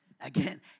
again